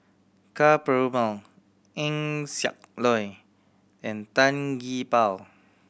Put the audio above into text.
Ka Perumal Eng Siak Loy and Tan Gee Paw